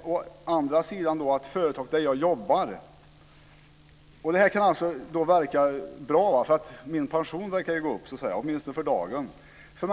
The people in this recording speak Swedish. Det här kan verka bra eftersom min pension verkar gå upp, åtminstone för dagen. För